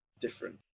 different